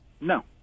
No